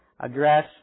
address